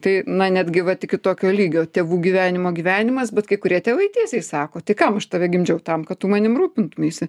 tai na netgi vat iki tokio lygio tėvų gyvenimo gyvenimas bet kai kurie tėvai tiesiai sako tai kam aš tave gimdžiau tam kad tu manim rūpintumeisi